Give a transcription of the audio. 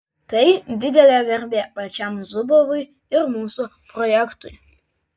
tai didelė garbė pačiam zubovui ir mūsų projektui